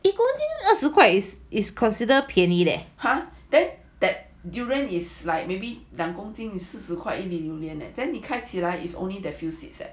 !huh! that that durian is like maybe 两公斤两公斤四十块开起来 is only the few seeds leh